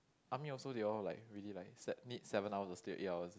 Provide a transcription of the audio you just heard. army also they all like really like set need seven hours of sleep eight hours